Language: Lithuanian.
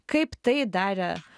kaip tai darė